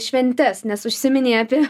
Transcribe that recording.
šventes nes užsiminei apie